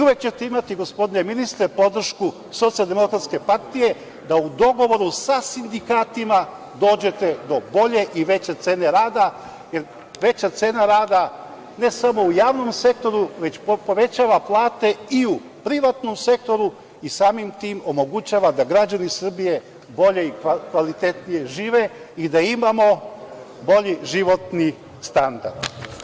Uvek ćete imati, gospodine ministre, podršku SDPS da u dogovoru sa sindikatima dođete do bolje i veće cene rada, jer veća cena rada ne samo u javnom sektoru, već povećava plate i u privatnom sektoru i samim tim omogućava da građani Srbije bolje i kvalitetnije žive i da imamo bolji životni standard.